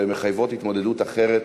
והן מחייבות התמודדות אחרת,